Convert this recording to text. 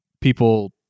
people